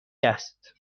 است